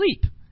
sleep